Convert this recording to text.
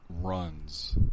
Runs